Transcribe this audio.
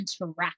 interact